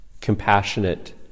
compassionate